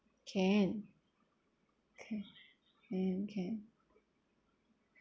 can okay can can